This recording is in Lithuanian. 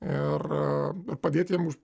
ir padėti jiem už